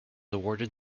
awarded